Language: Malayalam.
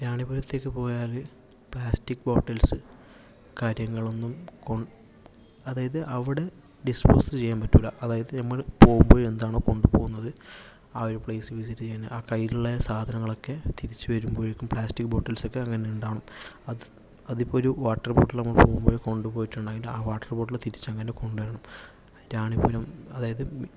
റാണിപുരത്തേക്ക് പോയാല് പ്ലാസ്റ്റിക് ബോട്ടിൽസ് കാര്യങ്ങളൊന്നും കൊണ്ടോ അതായത് അവിടെ ഡിസ്സ്പോസ് ചെയ്യാൻ പറ്റില്ല അതായത് നമ്മൾ പോകുമ്പോൾ എന്താണോ കൊണ്ടുപോകുന്നത് ആ ഒര് പ്ലേസ് വിസിറ്റ് ചെയ്യാന് ആ കൈയിലുള്ള സാധനങ്ങളൊക്കെ തിരിച്ചു വരുമ്പോഴേക്കും പ്ലാസ്റ്റിക് ബോട്ടിൽസ് ഒക്കെ അങ്ങനെ ഉണ്ടാകണം അത് അതിപ്പം വാട്ടർ ബോട്ടില് നമ്മൾ പോകുമ്പം കൊണ്ടുപോയിട്ടുണ്ടെങ്കില് ആ വാട്ടർ ബോട്ടില് തിരിച്ച് അങ്ങനെ കൊണ്ടുവരണം റാണിപുരം അതായത്